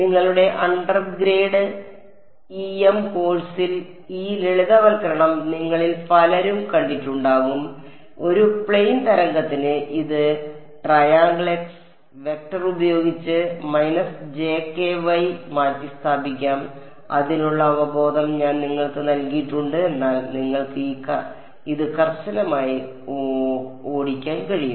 നിങ്ങളുടെ undergrad E M കോഴ്സിൽ ഈ ലളിതവൽക്കരണം നിങ്ങളിൽ പലരും കണ്ടിട്ടുണ്ടാകാം ഒരു പ്ലെയിൻ തരംഗത്തിന് ഇത് വെക്റ്റർ ഉപയോഗിച്ച് മാറ്റിസ്ഥാപിക്കാം അതിനുള്ള അവബോധം ഞാൻ നിങ്ങൾക്ക് നൽകിയിട്ടുണ്ട് എന്നാൽ നിങ്ങൾക്ക് ഇത് കർശനമായി ഓടിക്കാൻ കഴിയും